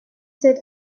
set